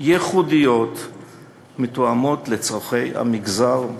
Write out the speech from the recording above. ייחודיות מותאמות לצורכי המגזר,